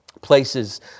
places